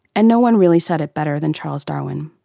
and no one really said it better than charles darwin